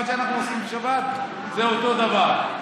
מה שאנחנו עושים בשבת זה אותו דבר.